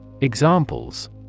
Examples